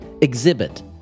exhibit